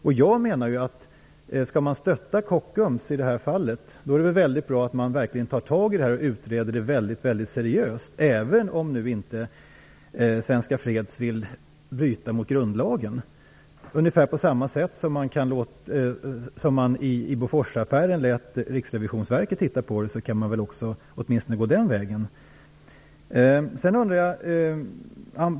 Om man skall stötta Kockums är det väl väldigt bra att man verkligen tar tag i frågan och utreder den väldigt seriöst, även om Svenska freds inte vill bryta mot grundlagen? Man lät Riksrevisionsverket titta på Boforsaffären. Man kan väl gå den vägen här också.